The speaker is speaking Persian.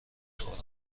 خورم